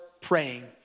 praying